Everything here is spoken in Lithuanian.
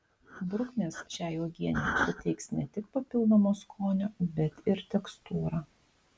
bruknės šiai uogienei suteiks ne tik papildomo skonio bet ir tekstūrą